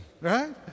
right